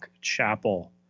Chapel